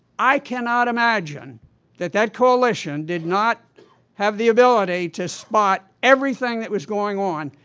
i cannot imagine that that coalition did not have the ability to spot everything that was going on,